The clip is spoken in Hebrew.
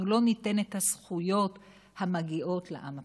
לא ניתן את הזכויות המגיעות לעם הפלסטיני.